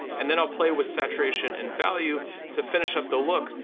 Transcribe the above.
and then i'll play with saturation and value to finish up the look,